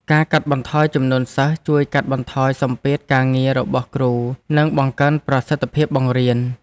ការកាត់បន្ថយចំនួនសិស្សជួយកាត់បន្ថយសម្ពាធការងាររបស់គ្រូនិងបង្កើនប្រសិទ្ធភាពបង្រៀន។